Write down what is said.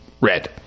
Red